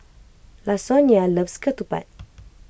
Lasonya loves Ketupat